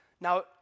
Now